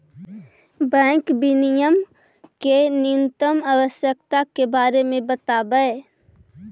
bank विनियमन के न्यूनतम आवश्यकता के बारे में बतावऽ